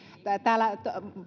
täällä